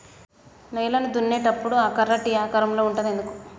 నేలను దున్నేటప్పుడు ఆ కర్ర టీ ఆకారం లో ఉంటది ఎందుకు?